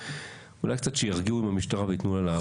אולי קצת שירגיעו עם המשטרה וייתנו לה לעבוד.